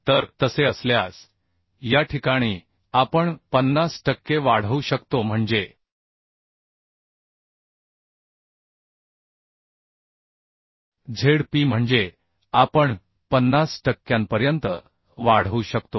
तर तसे असल्यास या ठिकाणी आपण 50 टक्के वाढवू शकतो म्हणजे Zp म्हणजे आपण 50 टक्क्यांपर्यंत वाढवू शकतो